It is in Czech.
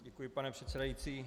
Děkuji, pane předsedající.